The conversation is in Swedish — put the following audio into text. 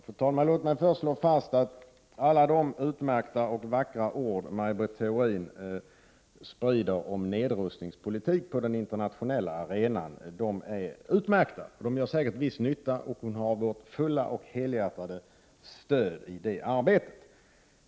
Fru talman! Låt mig först slå fast att alla de vackra ord som Maj Britt Theorin sprider om nedrustningspolitik på den internationella arenan är utmärkta. De gör säkert viss nytta, och hon har vårt fulla och helhjärtade stöd i det arbetet.